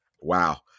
Wow